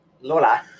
Lola